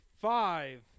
five